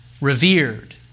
revered